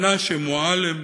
מנשה מועלם,